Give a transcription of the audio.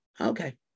Okay